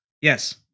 Yes